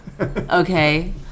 Okay